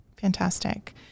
Fantastic